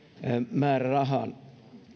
määrärahaan